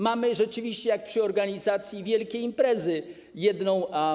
Mamy rzeczywiście, jak to przy organizacji wielkiej imprezy, jedną.